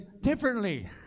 differently